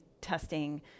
testing